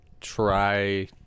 try